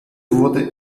wurde